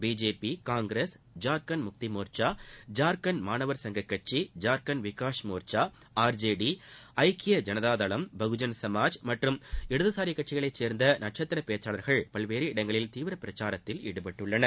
BJP Congress Jharkhand Mukti Morcha Jharkhand மாணவர் சங்க கட்சி ஜார்கண்ட் விகாஷ் மோர்ச்சா ஆர்ஜேடி ஐக்கிய ஜனதாதளம் பகுஜன் சமாஜ் மற்றும் இடதுசாரிக்கட்சிகளைச்சேர்ந்த நட்சத்திர பேச்சாளர்கள் பல்வேறு இடங்களில் தீவிர பிரச்சாரத்தில் ஈடுபட்டுள்ளனர்